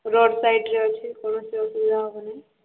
road ସାଇଡ୍ରେ ଅଛି କୌଣସି ଅସୁବିଧା ହେବ ନାହିଁ